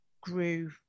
grew